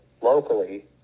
locally